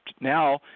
now